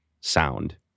sound